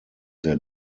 sehr